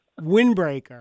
windbreaker